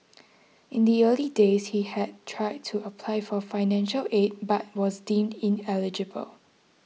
in the early days he had tried to apply for financial aid but was deemed ineligible